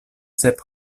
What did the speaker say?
sep